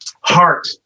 Heart